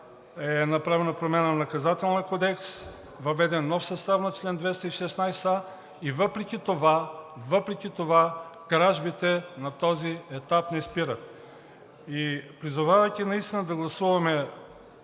е направена промяна в Наказателния кодекс, въведен е нов състав на чл. 216а, и въпреки това кражбите на този етап не спират. Призовавайки наистина да гласуваме